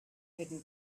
hidden